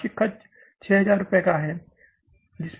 वार्षिक खर्च 6000 रुपये का है जिस पर हमे काम करना है